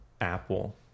Apple